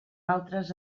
altres